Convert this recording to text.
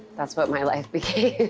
that's what my life became,